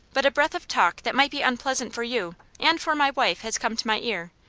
but a breath of talk that might be unpleasant for you, and for my wife, has come to my ear,